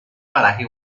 paraje